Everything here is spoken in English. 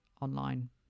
online